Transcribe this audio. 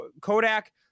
Kodak